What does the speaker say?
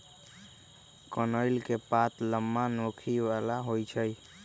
कनइल के पात लम्मा, नोखी बला होइ छइ